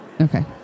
okay